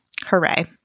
hooray